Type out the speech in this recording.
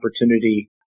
opportunity